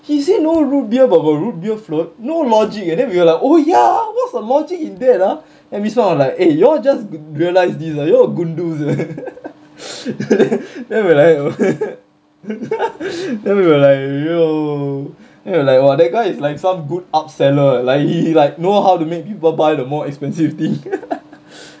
he say no root beer but got root beer float no logic eh then we were like oh ya ah what's the logic in that ah and we sort of like eh you all just realize this ah you all are goondu eh then we were like then we were like yo then we were like !wah! that guy is like some good upseller eh like he he like know how to make people buy the more expensive thing